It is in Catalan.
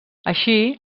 així